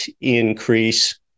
increase